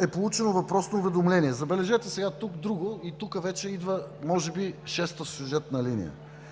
е получено въпросното уведомление. Забележете сега тук друго – и тук вече идва може би шестата сюжетна линия